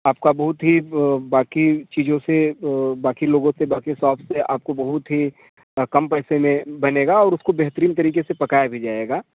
आपका बहुत ही बाकी चीज़ों से बाकी लोगों से हिसाब से आपको बहुत ही कम पैसे में बनेगा और उसको बेहतरीन तरीके से पकाया भी जाएगा